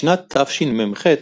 בשנת תשמ"ח,